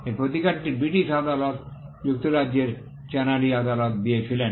এই প্রতিকারটি ব্রিটিশ আদালত যুক্তরাজ্যের চ্যানারি আদালত দিয়েছিলেন